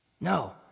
No